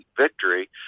victory